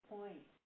Point